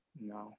No